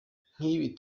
nk’ibi